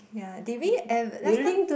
ya did we eve~ last time